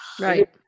right